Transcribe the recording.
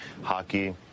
Hockey